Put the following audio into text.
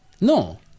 No